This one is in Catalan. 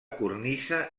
cornisa